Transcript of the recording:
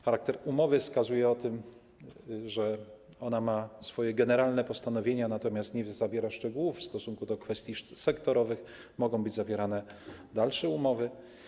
Charakter umowy wskazuje, że ona ma generalne postanowienia, natomiast nie zawiera szczegółów - w stosunku do kwestii sektorowych mogą być zawierane dalsze umowy.